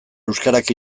euskarak